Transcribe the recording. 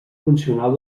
funcional